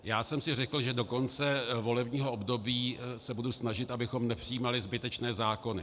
Já jsem si řekl, že do konce volebního období se budu snažit, abychom nepřijímali zbytečné zákony.